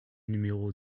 numéro